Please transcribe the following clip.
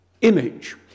image